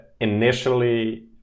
initially